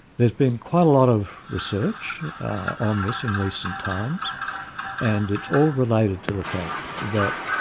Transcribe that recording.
there's been quite a lot of research on this in recent times and it's all related to the fact that